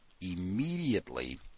immediately